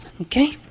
Okay